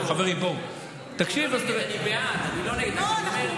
אני לא נגד, אני בעד.